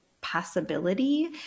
possibility